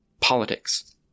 Politics